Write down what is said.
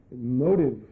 motive